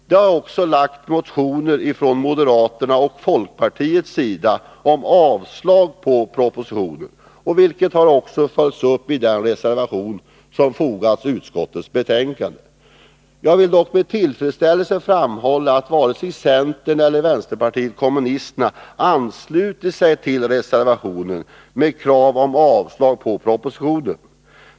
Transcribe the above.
Från moderata samlingspartiets och folkpartiets sida har motioner väckts med yrkande om avslag på propositionen, vilket har följts upp i den reservation som fogats till utskottets betänkande. Jag vill dock med tillfredsställelse konstatera att varken centern eller vänsterpartiet kommunisterna har anslutit sig till reservationen med krav på avslag på propositionen.